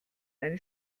eine